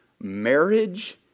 marriage